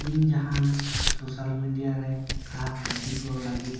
ᱤᱧ ᱡᱟᱦᱟᱱ social media ᱨᱮ ᱠᱷᱟᱥ ᱡᱟᱹᱛᱤ ᱠᱚ ᱞᱟᱹᱜᱤᱫ